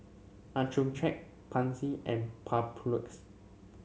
Accucheck Pansy and Papulex